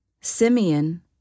Simeon